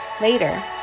Later